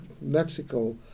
Mexico